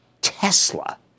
Tesla